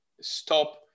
stop